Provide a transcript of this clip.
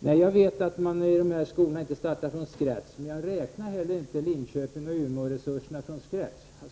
Jag vet att dessa högskolor inte startar från scratch. Jag räknar inte heller Linköpingoch Umeåresurserna från scratch.